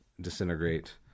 disintegrate